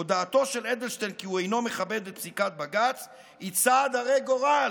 "הודעתו של אדלשטיין כי הוא אינו מכבד את פסיקת בג"ץ היא צעד הרה גורל.